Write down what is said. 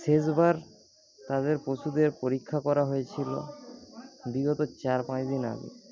শেষবার তাদের পশুদের পরীক্ষা করা হয়েছিল বিগত চার পাঁচ দিন আগে